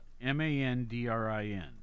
M-A-N-D-R-I-N